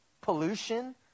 pollution